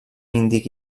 índic